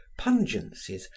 pungencies